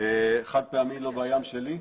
חד פעמי, לא בים שלי.